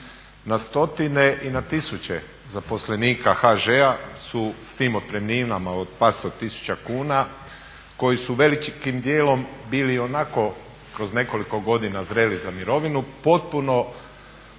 Na stotine i na tisuće zaposlenika HŽ-a su s tim otpremninama od par sto tisuća kuna koji su velikim dijelom bili ionako kroz nekoliko godina zreli za mirovinu potpuno